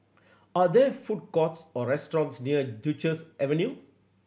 are there food courts or restaurants near Duchess Avenue